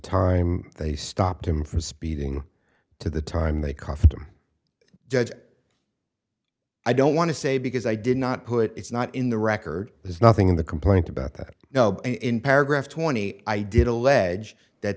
time they stopped him from speeding to the time they coughed him judge i don't want to say because i did not put it's not in the record there's nothing in the complaint about that you know in paragraph twenty i did allege that